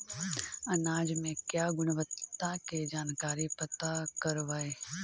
अनाज मे क्या गुणवत्ता के जानकारी पता करबाय?